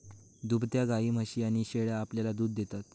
दुभत्या गायी, म्हशी आणि शेळ्या आपल्याला दूध देतात